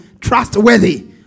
trustworthy